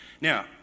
Now